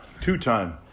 two-time